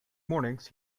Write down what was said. mornings